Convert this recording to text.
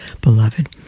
beloved